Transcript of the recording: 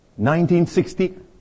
1960